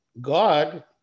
God